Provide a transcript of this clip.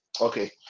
Okay